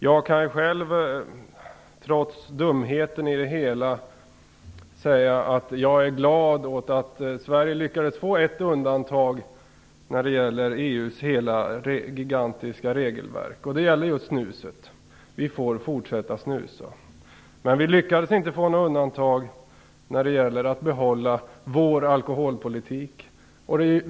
Jag kan själv, trots dumheten i det hela, säga att jag är glad åt att Sverige lyckades få ett undantag när det gäller EU:s hela gigantiska regelverk. Det gäller just snuset. Vi får fortsätta att snusa. Men vi lyckades inte få något undantag när det gäller att behålla vår alkoholpolitik.